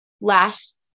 last